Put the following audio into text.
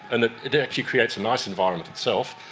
and it it actually creates a nice environment itself,